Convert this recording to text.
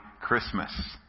Christmas